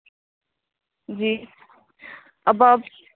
جی اب آپ